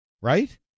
right